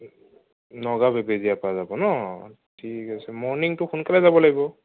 নগাঁও বেবেজিয়াৰপৰা যাব ন ঠিক আছে মৰ্ণিংটো সোনকালে যাব লাগিব